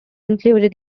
included